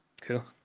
Cool